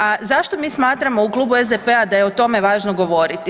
A zašto mi smatramo u Klubu SDP-a da je o tome važno govoriti?